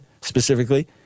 specifically